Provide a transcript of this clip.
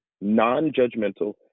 non-judgmental